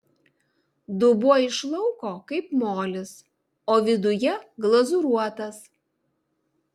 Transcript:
dubuo iš lauko kaip molis o viduje glazūruotas